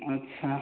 ଆଚ୍ଛା